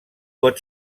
pot